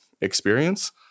experience